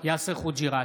יאסר חוג'יראת,